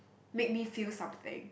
make me feel something